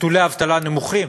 נתוני אבטלה נמוכים,